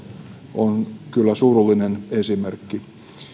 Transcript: on kyllä surullinen esimerkki